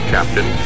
Captain